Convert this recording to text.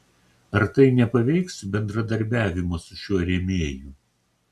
ar tai nepaveiks bendradarbiavimo su šiuo rėmėju